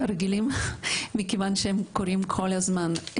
"רגילים", מכיוון שהם קורים כל הזמן.